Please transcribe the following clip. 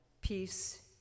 Peace